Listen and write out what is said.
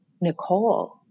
Nicole